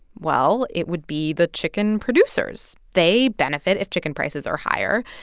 well, it would be the chicken producers. they benefit if chicken prices are higher.